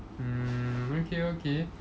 mm okay okay